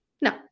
No